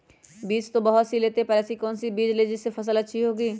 बीज तो बहुत सी लेते हैं पर ऐसी कौन सी बिज जिससे फसल अच्छी होगी?